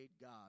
God